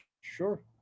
Sure